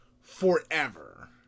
forever